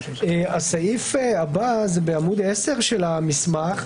הסעיף הבא הוא בעמ' 10 במסמך.